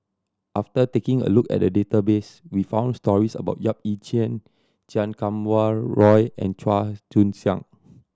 after taking a look at the database we found stories about Yap Ee Chian Chan Kum Wah Roy and Chua Joon Siang